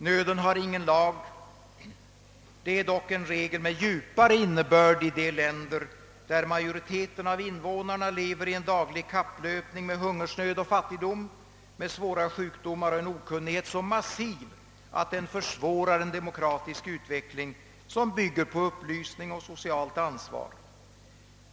»Nöden har ingen lag» är dock en regel med djupare innebörd i de länder, där majoriteten av invånarna upplever en daglig kapplöpning med hungersnöd och fattigdom, med svåra sjukdomar och en okunnighet så massiv att den försvårar en demokratisk utveckling som bygger på upplysning och socialt ansvar.